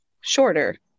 shorter